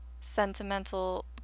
sentimental